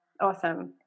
awesome